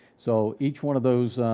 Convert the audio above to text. so each one of those